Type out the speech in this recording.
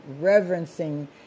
reverencing